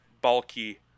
bulky